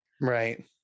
Right